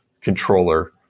controller